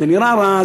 זה נראה רע,